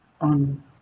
on